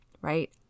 right